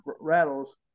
rattles